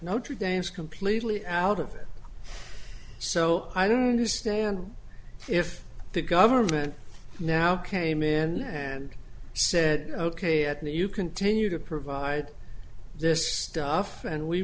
notre dame's completely out of it so i don't understand if the government now came in and said ok at you continue to provide this stuff and we